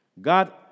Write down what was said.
God